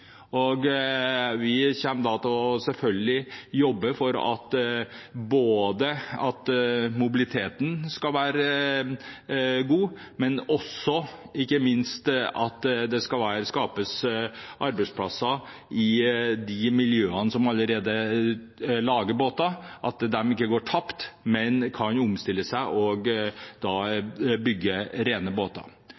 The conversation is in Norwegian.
Vi kommer selvfølgelig til å jobbe for at mobiliteten skal være god, men ikke minst for at det skal skapes arbeidsplasser i de miljøene som allerede lager båter, at de ikke går tapt, men kan omstille seg og